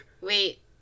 Wait